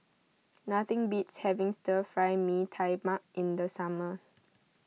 nothing beats having Stir Fry Mee Tai Mak in the summer